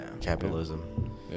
Capitalism